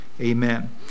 Amen